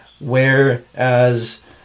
Whereas